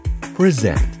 present